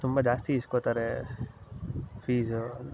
ತುಂಬ ಜಾಸ್ತಿ ಇಸ್ಕೊಳ್ತಾರೆ ಫೀಸು